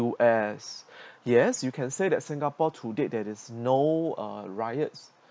U_S yes you can say that singapore to date that is no uh riots